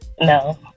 No